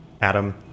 Adam